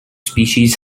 species